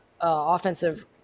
offensive